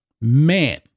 man